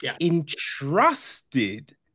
Entrusted